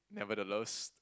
nevertheless